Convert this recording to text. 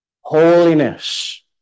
holiness